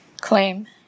claim